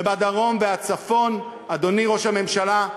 ובדרום ובצפון, אדוני ראש הממשלה,